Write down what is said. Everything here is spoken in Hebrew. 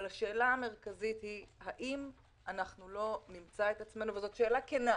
אבל השאלה המרכזית היא וזאת שאלה כנה,